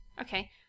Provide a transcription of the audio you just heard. Okay